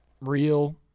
real